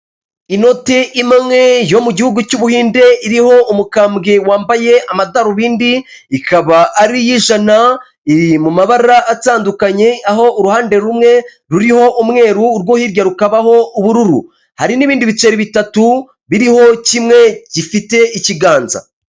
Inoti imwe yo mu gihugu cy'ubuhinde iriho umukambwe wambaye amadarubindi ikaba ari iyijana, iri mu mabara atandukanye aho uruhande rumwe ruriho umweru urwo hirya rukabaho ubururu hari n'ibindi biceri bitatu biriho kimwe gifite ikiganza